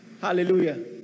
hallelujah